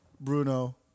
Bruno